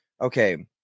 okay